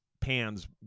pans